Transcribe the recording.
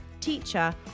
teacher